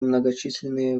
многочисленные